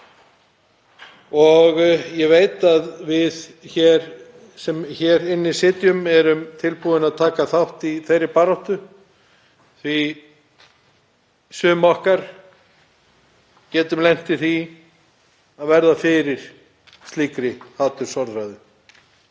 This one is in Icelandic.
er. Ég veit að við sem hér inni sitjum erum tilbúin að taka þátt í þeirri baráttu því að sum okkar geta lent í því að verða fyrir slíkri hatursorðræðu.